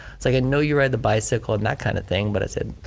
like i know you ride the bicycle and that kind of thing but i said,